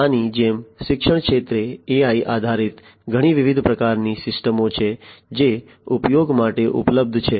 આની જેમ શિક્ષણ ક્ષેત્રે AI આધારિત ઘણી વિવિધ પ્રકારની સિસ્ટમો છે જે ઉપયોગ માટે ઉપલબ્ધ છે